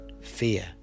Fear